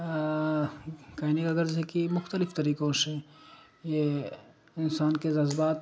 کہن اغگرض کہ مختلف طریقوں سے یہ انسان کے جذبات